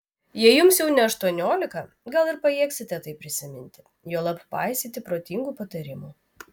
jei jums jau ne aštuoniolika gal ir pajėgsite tai prisiminti juolab paisyti protingų patarimų